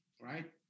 right